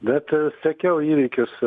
bet sekiau įvykius